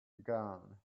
gown